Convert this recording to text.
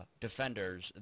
defenders